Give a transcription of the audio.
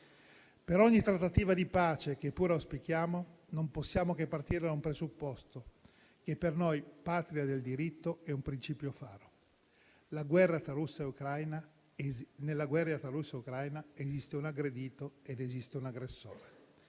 Per ogni trattativa di pace - che pure auspichiamo - non possiamo che partire dal presupposto che per noi, patria del diritto, è un principio faro: nella guerra tra Russia e Ucraina esiste un aggredito ed esiste un aggressore;